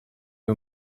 you